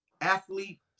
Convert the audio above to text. athlete